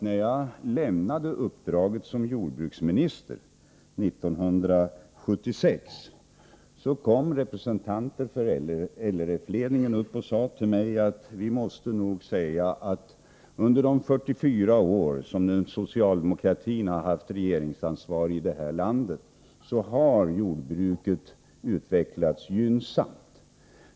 När jag lämnade uppdraget som jordbruksminister 1976, kom representanter från LRF-ledningen upp till mig och sade: Vi måste nog säga att under de 44 år som socialdemokratin har haft regeringsansvar här i landet har jordbruket utvecklats gynnsamt.